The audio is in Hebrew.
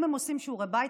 אם הם עושים שיעורי בית,